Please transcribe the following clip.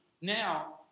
now